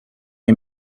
che